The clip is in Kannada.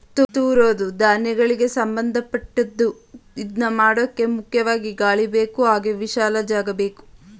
ತೂರೋದೂ ಧಾನ್ಯಗಳಿಗೆ ಸಂಭಂದಪಟ್ಟದ್ದು ಇದ್ನಮಾಡೋಕೆ ಮುಖ್ಯವಾಗಿ ಗಾಳಿಬೇಕು ಹಾಗೆ ವಿಶಾಲ ಜಾಗಬೇಕು